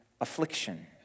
affliction